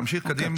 תמשיך, קדימה.